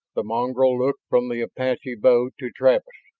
the mongol looked from the apache bow to travis.